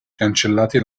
cancellati